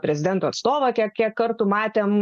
prezidento atstovą kiek kiek kartų matėme